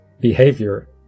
behavior